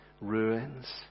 ruins